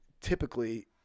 typically